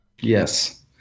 Yes